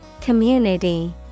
Community